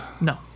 No